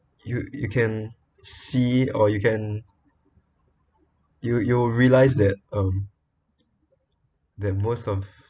you you can see or you can you you will realise that um that most of